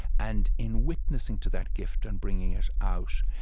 and in witnessing to that gift and bringing it out,